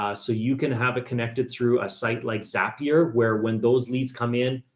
ah so you can have a connected through a site like zapier, where when those leads come in,